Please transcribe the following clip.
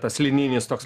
tas lininis toks